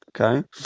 Okay